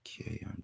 Okay